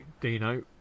Dino